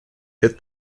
hit